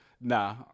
nah